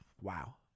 wow